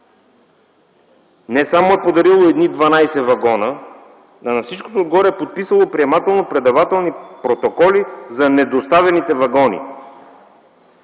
не само е подарило едни 12 вагона, но на всичкото отгоре е подписало приемателно-предавателни протоколи за недоставените вагони.